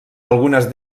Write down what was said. algunes